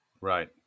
Right